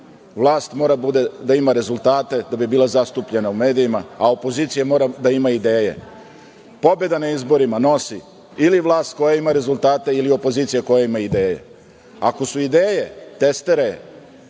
Vlast mora da ima rezultate da bi bila zastupljena u medijima, a opozicija mora da ima ideje. Pobedu na izborima nosi ili vlast koja ima rezultate ili opozicija koja ima ideje. Ako su ideje testere,